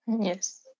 Yes